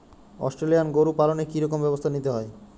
Australian গরু পালনে কি রকম ব্যবস্থা নিতে হয়?